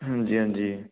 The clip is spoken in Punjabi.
ਹਾਂਜੀ ਹਾਂਜੀ